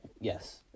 yes